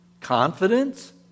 Confidence